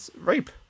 rape